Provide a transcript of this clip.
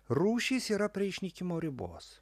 rūšys yra prie išnykimo ribos